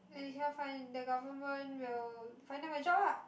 you cannot find the government will find them a job ah